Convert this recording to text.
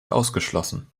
ausgeschlossen